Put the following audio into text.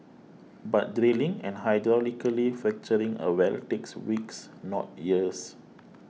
but drilling and hydraulically fracturing a well takes weeks not years